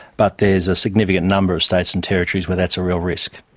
but there's a significant number of states and territories where that's a real risk.